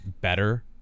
better